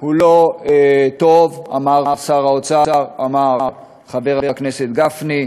הוא לא טוב, אמר שר האוצר, אמר חבר הכנסת גפני.